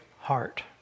heart